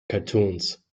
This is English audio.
cartoons